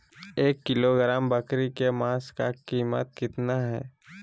एक किलोग्राम बकरी के मांस का कीमत कितना है?